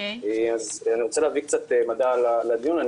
אני רוצה להביא קצת מדע לדיון.